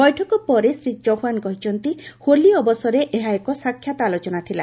ବୈଠକ ପରେ ଶ୍ରୀ ଚୌହାନ କହିଛନ୍ତି ହୋଲି ଅବସରରେ ଏହା ଏକ ସାକ୍ଷାତ୍ ଆଲୋଚନା ଥିଲା